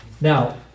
Now